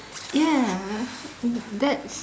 ya that's